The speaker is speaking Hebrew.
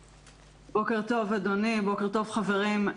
בוקר טוב, אדוני, בוקר טוב, חברים.